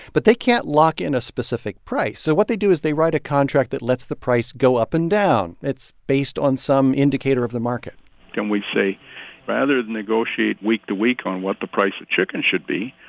but they can't lock in a specific price. so what they do is they write a contract that lets the price go up and down. it's based on some indicator of the market then, we say rather than negotiate week to week on what the price of chicken should be,